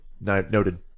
Noted